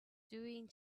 doing